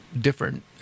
different